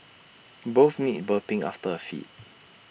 both need burping after A feed